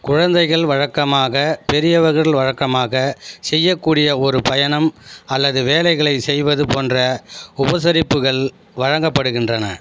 குழந்தைகள் வழக்கமாக பெரியவர்கள் வழக்கமாக செய்யக்கூடிய ஒரு பயணம் அல்லது வேலைகளைச் செய்வது போன்ற உபசரிப்புகள் வழங்கப்படுகின்றன